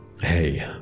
hey